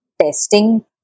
testing